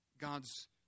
God's